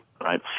right